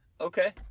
okay